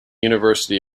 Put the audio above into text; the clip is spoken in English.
university